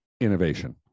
innovation